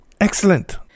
Excellent